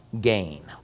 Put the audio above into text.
gain